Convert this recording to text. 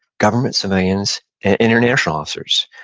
government civilians, and international officers.